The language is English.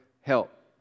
help